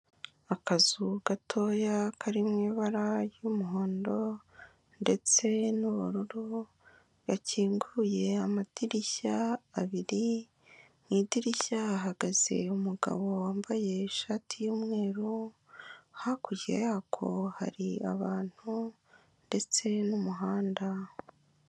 Akazu gatoya kari mu ibara ry'umuhondo ndetse n'ubururu, gakinguye amadirishya abiri, mu idirishya hahagaze umugabo wambaye ishati y'umweru, hakurya yako hari abantu ndetse n'umuhanda.